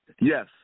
Yes